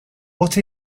what